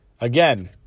Again